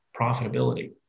profitability